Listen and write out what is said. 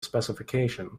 specification